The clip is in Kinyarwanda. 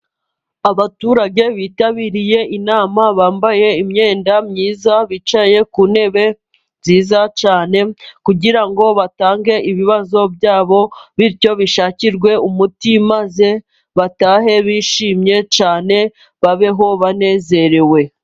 Abaturage bitabiriye inama, bambaye imyenda myiza, bicaye ku ntebe nziza cyane, kugira ngo batange ibibazo byabo, bityo bishakirwe umuti, maze batahe bishimye cyane babeho banezerewe.